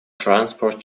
transport